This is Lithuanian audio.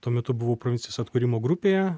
tuo metu buvau provincijos atkūrimo grupėje